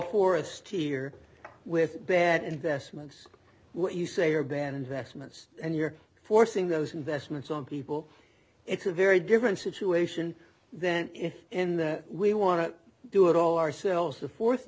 here with bad investments what you say are bad investments and you're forcing those investments on people it's a very different situation than if in that we want to do it all ourselves the fourth